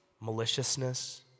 maliciousness